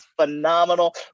phenomenal